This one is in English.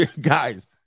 Guys